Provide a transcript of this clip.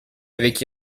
avec